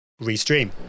restream